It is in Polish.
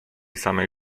samej